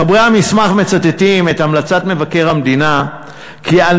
מחברי המסמך מצטטים את המלצת מבקר המדינה כי על